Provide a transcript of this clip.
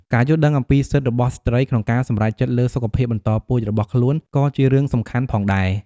ការយល់ដឹងអំពីសិទ្ធិរបស់ស្ត្រីក្នុងការសម្រេចចិត្តលើសុខភាពបន្តពូជរបស់ខ្លួនក៏ជារឿងសំខាន់ផងដែរ។